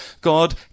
God